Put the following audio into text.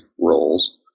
roles